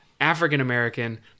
African-American